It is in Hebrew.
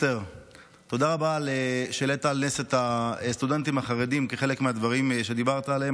תודה רבה שהעלית על נס את הסטודנטים החרדים כחלק מהדברים שדיברת עליהם.